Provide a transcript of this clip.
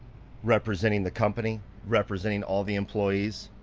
representing the company, representing all the employees.